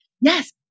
yes